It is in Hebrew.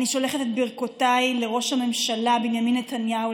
אני שולחת את ברכותיי לראש הממשלה בנימין נתניהו,